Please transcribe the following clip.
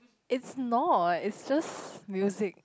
is not is just music